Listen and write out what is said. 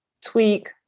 tweak